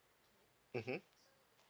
mmhmm